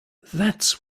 that’s